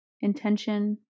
intention